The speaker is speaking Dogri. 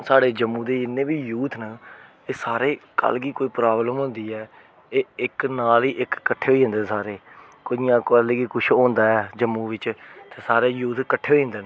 साढ़े जम्मू दे जिन्ने बी यूथ न एह् सारे कल गी कोई प्राब्लम होंदी ऐ एह् इक नाल ही इक किट्ठे होई जंदे सारे कोई इयां कल गी कुछ होंदा ऐ जम्मू बिच्च ते सारे यूथ कट्ठे होई जंदे न